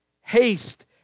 Haste